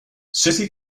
city